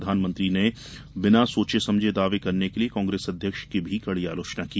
प्रधानमंत्री ने बिना सोचे समझे दावे करने के लिए कांग्रेस अध्यक्ष की भी कड़ी आलोचना की